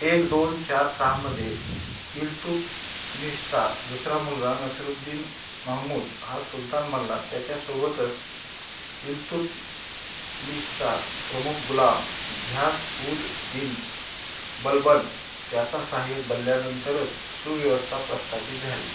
एक दोन चार सहामध्ये इल्तुतमिशचा दुसरा मुलगा नसिरुद्दीन महमूद हा सुलतान बनला त्याच्यासोबतच इल्तुतमिशचा प्रमुख गुलाम घियास उद दीन बलबन त्याचा सहाय्यक बनल्यानंतरच सुव्यवस्था प्रस्थापित झाली